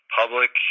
public